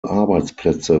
arbeitsplätze